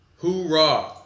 Hoorah